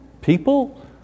people